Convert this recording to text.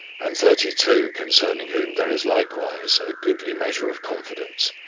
and thirty two concerning whom there is likewise a goodly measure of confidence,